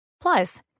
Plus